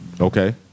Okay